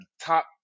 top